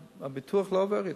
הביטוח לא עובר אתו,